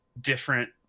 different